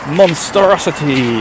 monstrosity